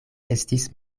estis